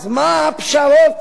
אז איפה עומדות הפשרות